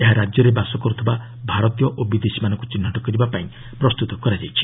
ଏହା ରାଜ୍ୟରେ ବାସ କରୁଥିବା ଭାରତୀୟ ଓ ବିଦେଶମୀନଙ୍କୁ ଚିହ୍ନଟ କରିବା ପାଇଁ ପ୍ରସ୍ତୁତ କରାଯାଇଛି